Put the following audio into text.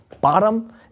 bottom